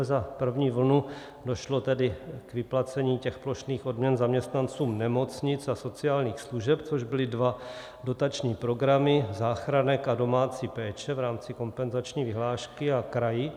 Za první vlnu došlo tedy k vyplacení těch plošných odměn zaměstnancům nemocnic a sociálních služeb, což byly dva dotační programy, záchranek a domácí péče v rámci kompenzační vyhlášky, a kraji.